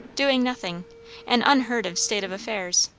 doing nothing an unheard-of state of affairs.